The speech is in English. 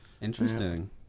Interesting